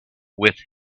with